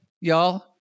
y'all